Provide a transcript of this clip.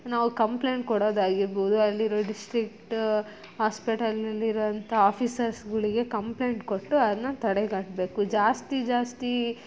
ನಾವು ಕಂಪ್ಲೇಂಟ್ ಕೊಡೋದಾಗಿರ್ಬೋದು ಅಲ್ಲಿರೋ ಡಿಸ್ಟ್ರಿಕ್ಟ್ ಹಾಸ್ಪೆಟಲ್ಲಲ್ಲಿರೋಂಥ ಆಫೀಸರ್ಸ್ಗಳಿಗೆ ಕಂಪ್ಲೇಂಟ್ ಕೊಟ್ಟು ಅದನ್ನ ತಡೆಗಟ್ಟಬೇಕು ಜಾಸ್ತಿ ಜಾಸ್ತಿ